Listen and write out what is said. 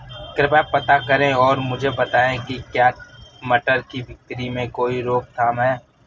कृपया पता करें और मुझे बताएं कि क्या हरी मटर की बिक्री में कोई रोकथाम है?